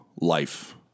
life